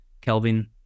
Kelvin